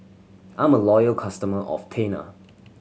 I'm a loyal customer of Tena